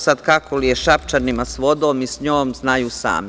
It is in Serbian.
Sad, kako li je Šapčanima sa vodom i sa njom, znaju sami.